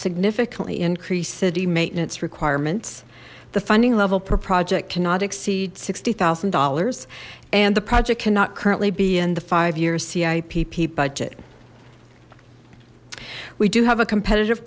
significantly increase city maintenance requirements the funding level per project cannot exceed sixty thousand dollars and the project cannot currently be in the five year cip pia budget we do have a competitive